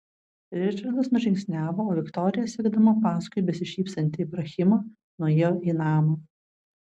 ričardas nužingsniavo o viktorija sekdama paskui besišypsantį ibrahimą nuėjo į namą